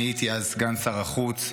אני הייתי אז סגן שר החוץ.